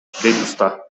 уста